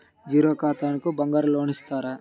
Zero ఖాతాకి బంగారం loan ఇస్తారా?